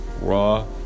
Raw